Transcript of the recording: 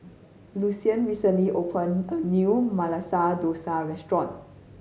Lucian recently opened a new Masala Dosa Restaurant